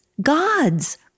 God's